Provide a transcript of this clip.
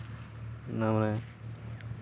ᱤᱱᱟᱹ ᱯᱚᱨᱮ